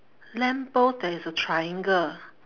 lamp post there is a triangle